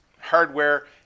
hardware